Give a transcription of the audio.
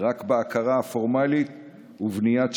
רק בהכרה הפורמלית ובבניית שגרירויות.